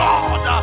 God